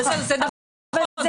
נכון.